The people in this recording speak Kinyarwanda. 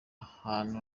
hantu